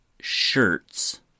shirts